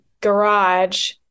garage